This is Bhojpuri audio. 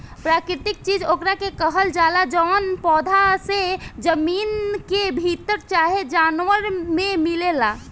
प्राकृतिक चीज ओकरा के कहल जाला जवन पौधा से, जमीन के भीतर चाहे जानवर मे मिलेला